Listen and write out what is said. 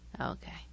Okay